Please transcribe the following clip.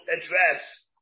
address